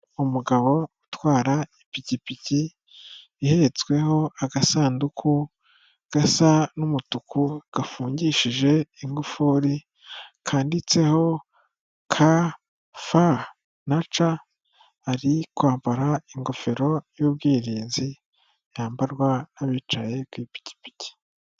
Umugabo utwara ipikipiki ihetsweho agasanduku gasa n'umutuku, gafungishije ingufuri kanditseho k, f, na c ari kwambara ingofero y'ubwirinzi yambarwa nabicaye ku ipikipiki.